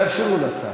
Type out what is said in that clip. תאפשרו לשר.